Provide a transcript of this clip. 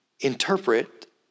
interpret